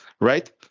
right